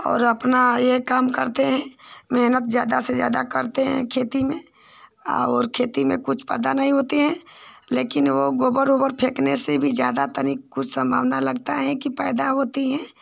और अपना यह काम करते हैं मेहनत ज़्यादा से ज़्यादा करते हैं खेती में और खेती में कुछ पता नहीं होता है लेकिन वह गोबर उबर फेंकने से भी ज़्यादा तनिक कुछ सम्भावना लगती है फ़ायदा होता है